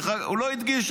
לא הדגיש,